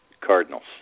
Cardinals